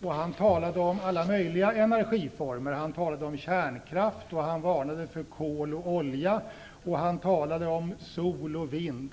av sitt anförande. Han talade om alla möjliga energiformer. Han talade om kärnkraft, varnade för kol och olja och talade om sol och vind.